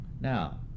Now